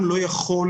במצב